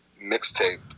mixtape